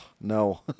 no